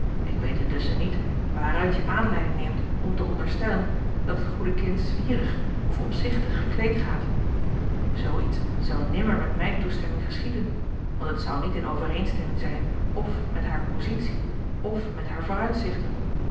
ik weet intusschen niet waaruit je aanleiding neemt om te onderstellen dat het goede kind zwierig of opzichtig gekleed gaat zoo iets zou nimmer met mijne toestemming geschieden want het zou niet in overeenstemming zijn f met haar positie f met haar vooruitzichten